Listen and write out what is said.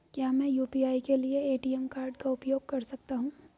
क्या मैं यू.पी.आई के लिए ए.टी.एम कार्ड का उपयोग कर सकता हूँ?